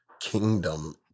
kingdom